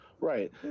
right